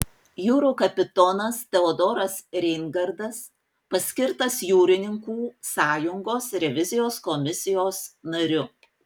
jūrų kapitonas teodoras reingardas paskirtas jūrininkų sąjungos revizijos komisijos nariu